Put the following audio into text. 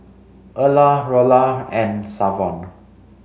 Erla Laura and Savon